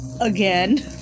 again